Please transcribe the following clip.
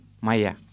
maya